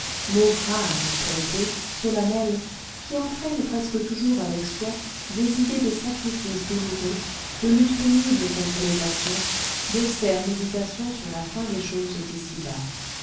mot grave pompeux solennel qui entraîne presque toujours avec soi des idées de sacrifice douloureux de lutte pénible contre les passions d'austères méditations sur la fin des choses